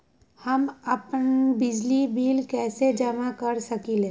हम अपन बिजली बिल कैसे जमा कर सकेली?